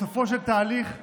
בסופו של תהליך,